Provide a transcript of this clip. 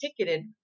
ticketed